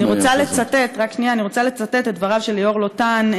אני רוצה לצטט את דבריו של ליאור לוטן,